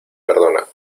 perdona